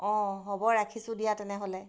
অঁ হ'ব ৰাখিছোঁ দিয়া তেনেহ'লে